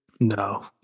no